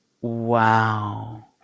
Wow